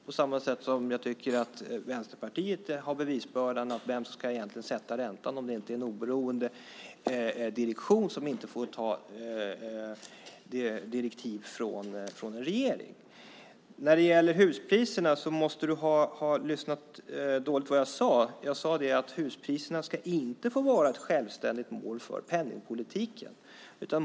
På samma sätt tycker jag att Vänsterpartiet har bevisbördan om vem som egentligen ska sätta räntan om det inte är en oberoende direktion, som inte får ta direktiv från en regering. När det gäller huspriserna måste du ha lyssnat dåligt på vad jag sade. Jag sade att huspriserna inte ska få vara ett självständigt mål för penningpolitiken.